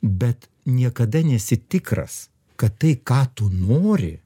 bet niekada nesi tikras kad tai ką tu nori